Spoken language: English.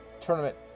tournament